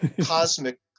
cosmic